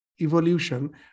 evolution